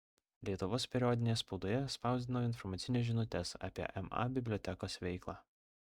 lietuvos periodinėje spaudoje spausdino informacines žinutes apie ma bibliotekos veiklą